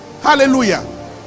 hallelujah